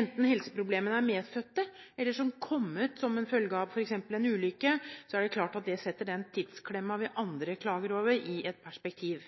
enten helseproblemene er medfødt eller har kommet som følge av f.eks. en ulykke, er det klart at det setter den tidsklemma vi andre klager over, i et perspektiv.